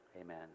Amen